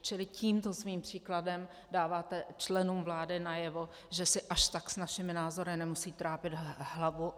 Čili tímto svým příkladem dáváte členům vlády najevo, že si až tak s našimi názory nemusí trápit hlavu.